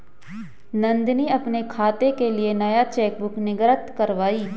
नंदनी अपने खाते के लिए नया चेकबुक निर्गत कारवाई